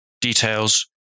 details